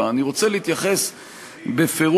שאני כיהנתי בתפקידו,